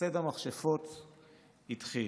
ציד המכשפות התחיל.